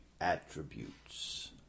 attributes